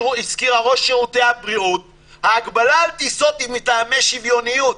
שירותי הבריאות אומרת: ההגבלה על טיסות היא מטעמי שוויוניות.